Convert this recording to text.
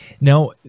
Now